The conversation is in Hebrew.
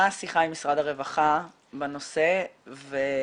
מה השיחה עם משרד הרווחה בנושא והאם